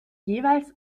jeweils